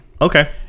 Okay